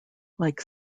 like